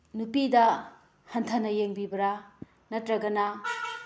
ꯅꯨꯄꯤꯗ ꯍꯟꯊꯥꯅ ꯌꯦꯡꯕꯤꯕ꯭ꯔꯥ ꯅꯠꯇ꯭ꯔꯒꯅ